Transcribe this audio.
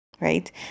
right